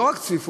לא רק צפיפות,